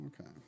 Okay